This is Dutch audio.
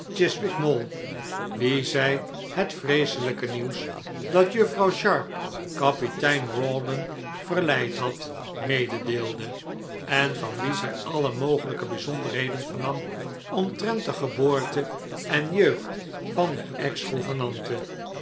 wie zij het vreeselijke nieuws dat juffrouw sharp kapitein rawdon verleid had mededeelde en van wie zij alle mogelijke bijzonderheden vernam omtrent de geboorte en jeugd van de